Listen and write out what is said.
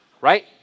Right